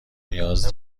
نیاز